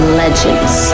legends